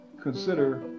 consider